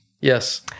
Yes